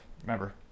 remember